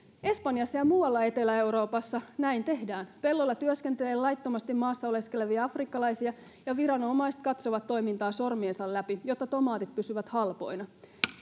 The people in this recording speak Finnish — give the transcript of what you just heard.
espanjassa ja muualla etelä euroopassa näin tehdään pelloilla työskentelee laittomasti maassa oleskelevia afrikkalaisia ja viranomaiset katsovat toimintaa sormiensa läpi jotta tomaatit pysyvät halpoina